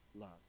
love